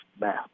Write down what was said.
map